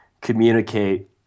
communicate